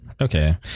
Okay